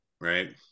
right